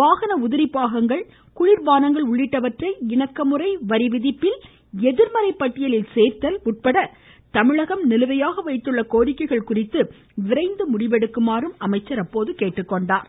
வாகன உதிரி பாகங்கள் குளிர்பானங்கள் உள்ளிட்டவற்றை இணக்கமுறை வரிவிதிப்பில் எதிர்மறை பட்டியலில் சேர்த்தல் உட்பட தமிழகம் நிலுவையாக வைத்துள்ள கோரிக்கைகள் குறித்து விரைந்து முடிவெடுக்குமாறும் அமைச்சர் கேட்டுக்கொண்டார்